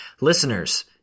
Listeners